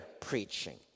preaching